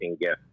gift